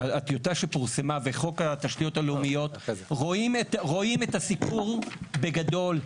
בטיוטה שפורסמה ובחוק התשתיות הלאומיות רואים את הסיפור בגדול,